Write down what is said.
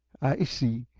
i see.